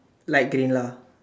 light green lah